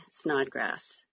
Snodgrass